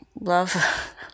love